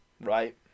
right